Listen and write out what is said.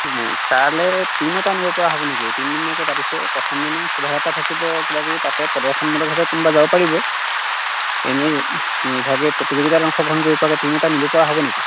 তালে টিম এটা নিব পৰা হ'ব নেকি তিনি দিনীয়াকে পাতিছে প্ৰথম দিনা শোভাযাত্ৰা থাকিব কিবাকিবি তাতে প্ৰদৰ্শন মূলকভাৱে কোনোবা যাব পাৰিব এনেই ইভাগে প্ৰতিযোগিতাত অংশগ্ৰহণ কৰিব পৰাকৈ টিম এটা নিব পৰা হ'ব নেকি